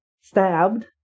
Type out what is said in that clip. stabbed